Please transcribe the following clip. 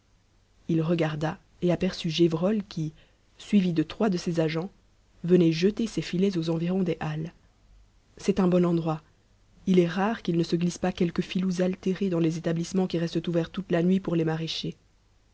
il regarda et aperçut gévrol qui suivi de trois de ses agents venait jeter ses filets aux environs des halles c'est un bon endroit il est rare qu'il ne se glisse pas quelques filous altérés dans les établissements qui restent ouverts toute la nuit pour les maraîchers